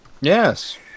Yes